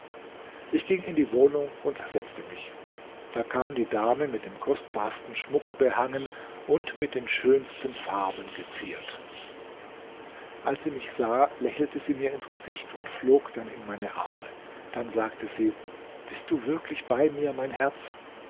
ich ging in die wohnung und setzte mich da kam die dame mit dem kostbarsten schmucke behangen und mit den schönsten farben geziert selbst schöne junge frauen färben sich im orient füße und hände mit hennah und die augenbrauen mit kohel als sie mich sah lächelte sie mir ins gesicht und flog dann in meine arme dann sagte sie bist du wirklich bei mir mein herz